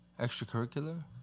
Extracurricular